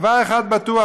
"דבר אחד בטוח",